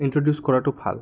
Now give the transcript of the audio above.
introduce কৰাটো ভাল